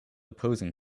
opposing